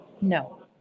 No